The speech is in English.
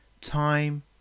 time